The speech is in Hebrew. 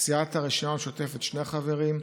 סיעת הרשימה המשותפת, שני חברים,